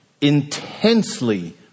Intensely